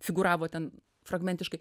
figūravo ten fragmentiškai